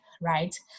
right